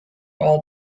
all